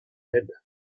laides